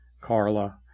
Carla